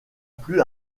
plus